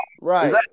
right